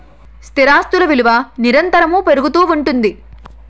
స్థిరాస్తులు విలువ నిరంతరము పెరుగుతూ ఉంటుంది